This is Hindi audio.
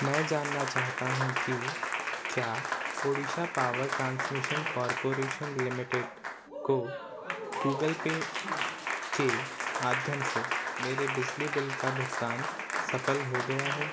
मैं जानना चाहता हूँ कि क्या Odisha power transmission corporation limited को गूगल पे के माध्यम से मेरे बिजली बिल का भुगतान सफल हो गया है